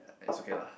it's okay lah